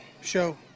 show